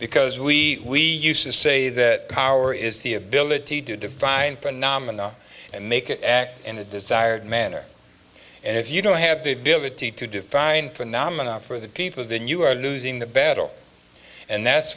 because we used to say that power is the ability to divine phenomena and make it act in a desired manner and if you don't have the ability to define phenomenon for the people then you are losing the battle and that's